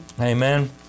Amen